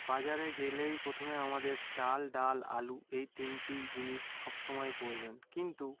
বাজারে গেলেই প্রথমে আমাদের চাল ডাল আলু এই তিনটেই জিনিস সব সময় প্রয়োজন কিন্তু